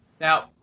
Now